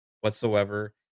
whatsoever